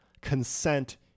consent